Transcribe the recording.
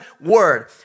word